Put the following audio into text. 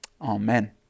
amen